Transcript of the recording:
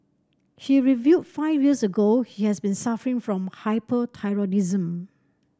he revealed five years ago he has been suffering from hyperthyroidism